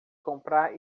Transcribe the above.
comprar